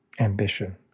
ambition